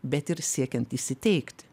bet ir siekiant įsiteikti